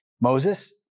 Moses